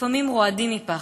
לפעמים רועדים מפחד,